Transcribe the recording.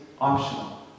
optional